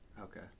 Okay